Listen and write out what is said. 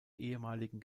ehemaligen